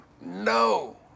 no